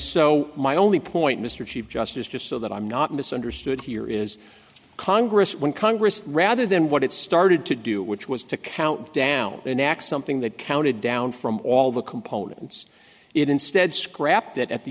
so my only point mr chief justice just so that i'm not misunderstood here is congress when congress rather than what it started to do which was to count down the next something that counted down from all the components it instead scrapped it at the